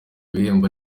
ibihembo